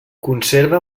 conserva